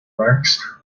wax